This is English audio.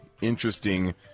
interesting